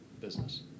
business